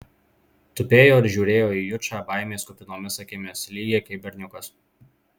tupėjo ir žiūrėjo į jučą baimės kupinomis akimis lygiai kaip berniukas